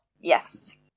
yes